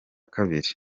kabiri